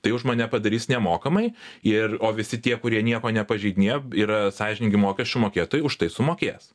tai už mane padarys nemokamai ir o visi tie kurie nieko nepažeidinėja yra sąžiningi mokesčių mokėtojai už tai sumokės